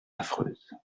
affreuse